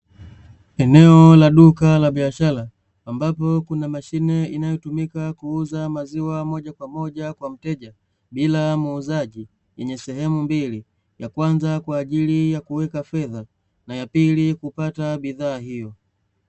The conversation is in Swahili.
Eneo la duka la biashara ambapo kuna mashine inayotumika kuuza maziwa moja kwa moja kwa mteja bila muuzaji yenye sehemu mbili, ya kwanza kwa ajili ya kuweka fedha na ya pili kupata bidhaa hiyo.